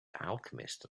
alchemist